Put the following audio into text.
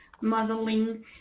modeling